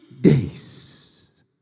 days